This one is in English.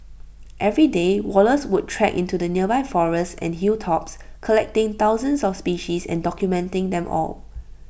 every day Wallace would trek into the nearby forests and hilltops collecting thousands of species and documenting them all